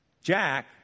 Jack